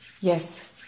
Yes